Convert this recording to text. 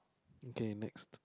okay next